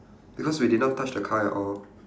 because we did not touch the car at all